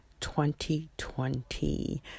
2020